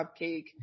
cupcake